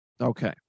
Okay